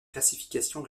classification